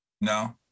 No